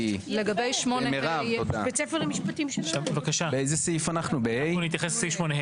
יש בעיה עקרונית,